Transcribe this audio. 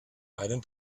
einen